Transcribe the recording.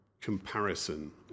comparison